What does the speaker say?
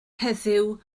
heddiw